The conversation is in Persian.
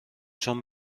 چون